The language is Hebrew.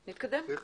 נתקדם.